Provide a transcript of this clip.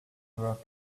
over